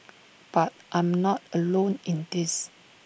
but I'm not alone in this